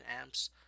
amps